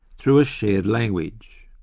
through a shared language.